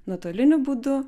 nuotoliniu būdu